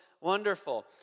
wonderful